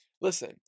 listen